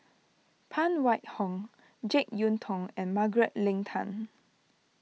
Phan Wait Hong Jek Yeun Thong and Margaret Leng Tan